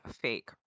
fake